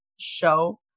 show